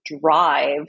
drive